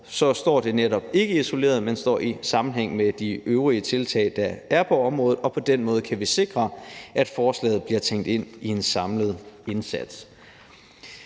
står det netop ikke isoleret, men indgår i en sammenhæng med de øvrige tiltag, der er på området, og på den måde kan vi sikre, at forslaget bliver tænkt ind i en samlet indsats.